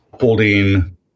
holding